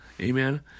Amen